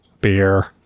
beer